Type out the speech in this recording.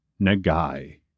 Nagai